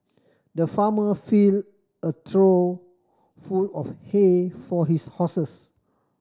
the farmer fill a trough full of hay for his horses